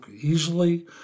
easily